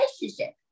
relationship